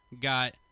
got